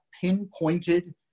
pinpointed